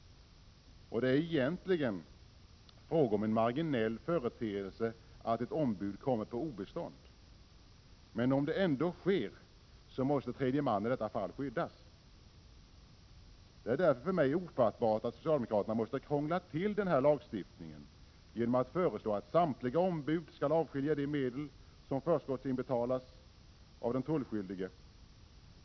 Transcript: Det är egentligen en marginell företeelse att ett ombud kommer på obestånd. Men om det ändå sker, måste tredje man skyddas. Det är därför för mig ofattbart att socialdemokraterna måste krångla till den här lagstiftningen genom att föreslå att samtliga ombud skall avskilja de medel som förskottsinbetalats av den tullskyldige.